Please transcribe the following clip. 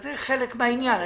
זה חלק מהעניין.